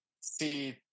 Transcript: see